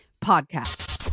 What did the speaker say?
Podcast